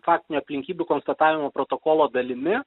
faktinė aplinkybių konstatavimo protokolo dalimi